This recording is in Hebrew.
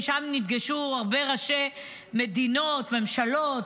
שם נפגשו הרבה ראשי מדינות וממשלות,